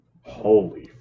Holy